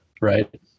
Right